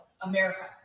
America